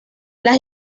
las